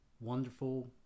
wonderful